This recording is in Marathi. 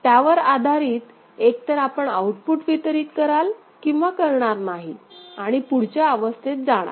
त्यावर आधारित एकतर आपण आउटपुट वितरीत कराल किंवा करणार नाही आणि पुढच्या अवस्थेत जाणार